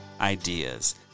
ideas